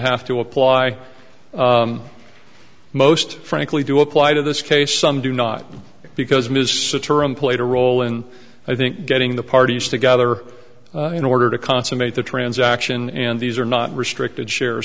have to apply most frankly do apply to this case some do not because ms sitaram played a role in i think getting the parties together in order to consummate the transaction and these are not restricted share